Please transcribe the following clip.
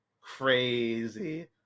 crazy